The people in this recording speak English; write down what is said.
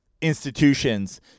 institutions